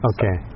Okay